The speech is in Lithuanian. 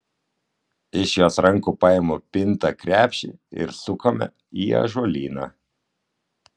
iš jos rankų paimu pintą krepšį ir sukame į ąžuolyną